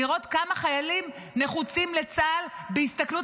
לראות כמה חיילים נחוצים לצה"ל בהסתכלות